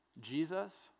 Jesus